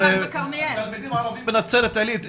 תלמידים ערבים בנצרת עילית,